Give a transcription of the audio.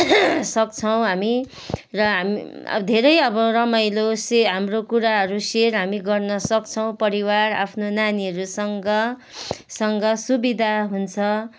सक्छौँ हामी र हामी अब धेरै अब रमाइलो से हाम्रो कुराहरू सेयर हामी गर्नसक्छौँ परिवार आफ्नो नानीहरूसँग सँग सुविधा हुन्छ